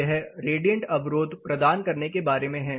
यह रेडियंट अवरोध प्रदान करने के बारे में है